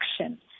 action